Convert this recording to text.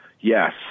yes